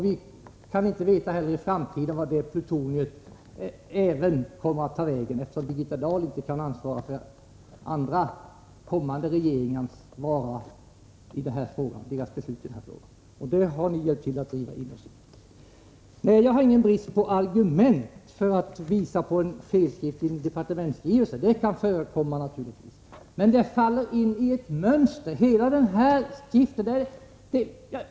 Vi kan inte heller i framtiden veta vart det plutoniet kommer att ta vägen, eftersom Birgitta Dahl inte kan ansvara för kommande regeringars beslut i den här frågan. De betingelserna har ni hjälpt till att driva oss in i. Jag lider inte brist på argument när jag visar på fel i en departementsskrivelse — sådant kan naturligtvis förekomma. Men det faller in i ett mönster.